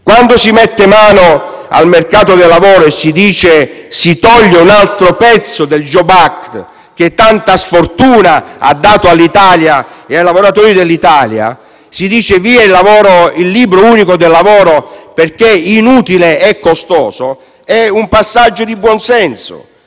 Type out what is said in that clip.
Quando si mette mano al mercato del lavoro e si toglie un altro pezzo del Jobs Act, che tanta sfortuna ha dato all'Italia e ai lavoratori italiani; quando si elimina il libro unico del lavoro, perché inutile e costoso, questo è un passaggio di buon senso;